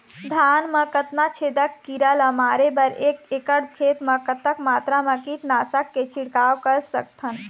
धान मा कतना छेदक कीरा ला मारे बर एक एकड़ खेत मा कतक मात्रा मा कीट नासक के छिड़काव कर सकथन?